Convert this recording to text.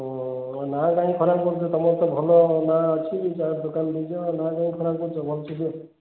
ନା କାହିଁ ଖରାପ କରୁଛ ତମର ତ ଭଲ ନାଁ ଅଛି ଚାଟ୍ ଦୋକାନ ଦେଇଛ ନାଁ କାଇଁ ଖରାପ କରୁଛ ଭଲସେ ଦିଅ